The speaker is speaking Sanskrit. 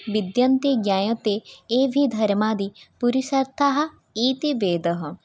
विद्यन्ते ज्ञायन्ते एभिः धर्मादिपुरुषार्थाः इति वेदः